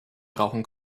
brauchen